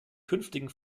künftigen